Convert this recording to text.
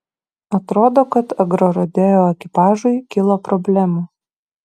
atrodo kad agrorodeo ekipažui kilo problemų